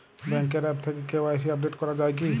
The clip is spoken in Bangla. ব্যাঙ্কের আ্যপ থেকে কে.ওয়াই.সি আপডেট করা যায় কি?